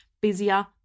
busier